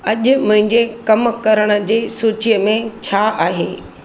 अॼु मुंहिंजे कमु करण जी सूचीअ में छा आहे